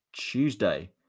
tuesday